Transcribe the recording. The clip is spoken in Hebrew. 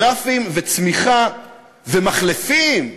גרפים וצמיחה ומחלפים.